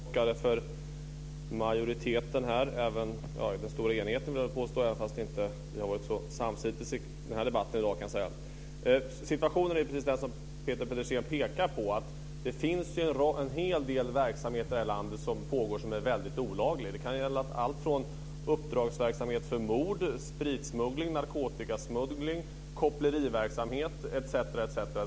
Herr talman! Jag ska försöka att göra mig till uttolkare för majoriteten. Det har varit stor enighet här, vill jag påstå, även om det inte varit så stor samsyn i debatten här i dag. Situationen är precis som Peter Pedersen pekar på, att det pågår en hel del verksamheter i det här landet som är väldigt olagliga. Det kan gälla alltifrån uppdragsverksamhet för mord, spritsmuggling, narkotikasmuggling, koppleriverksamhet etc.